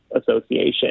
Association